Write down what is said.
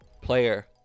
player